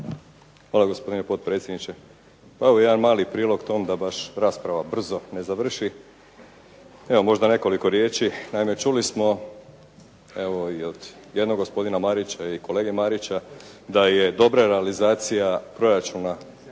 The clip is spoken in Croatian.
Hvala gospodine potpredsjedniče. Pa evo jedan mali prilog tom da baš rasprava brzo ne završi. Evo možda nekoliko riječi. Naime, čuli smo evo i od jednog gospodina Marića i od kolege Marića da je dobra realizacija proračuna